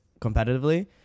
competitively